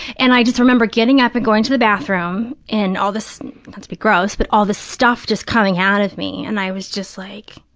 and i just remember getting up and going to the bathroom and all this, not to be gross, but all this stuff just coming out of me, and i was just like,